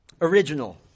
original